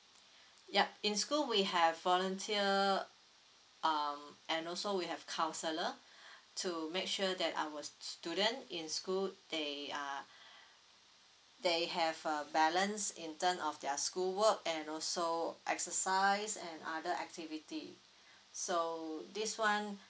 yup in school we have volunteer the um and also we have counsellor to make sure that our student in school they are they have a balance in term of their school work and also exercise and other activity so this one